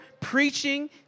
preaching